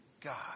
God